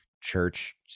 church